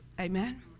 Amen